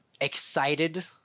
excited